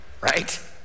Right